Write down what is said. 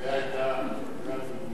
זו היתה הדוגמה לניגוד עניינים.